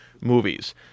movies